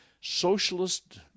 socialist